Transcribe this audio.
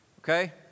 Okay